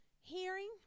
Hearing